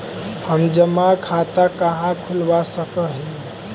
हम जमा खाता कहाँ खुलवा सक ही?